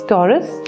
Taurus